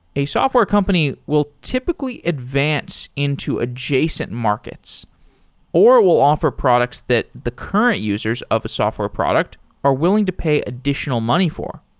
a software company will typically advance into adjacent markets or it will offer products that the current users of a software product are willing to pay additional money for.